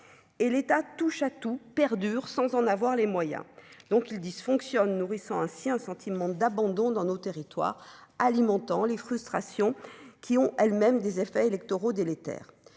et l'État touche-à-tout perdure sans en avoir les moyens, donc il dysfonctionne, nourrissant ainsi un sentiment d'abandon dans nos territoires, alimentant les frustrations qui ont elles-mêmes des effets électoraux délétère,